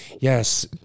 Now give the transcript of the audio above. Yes